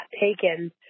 taken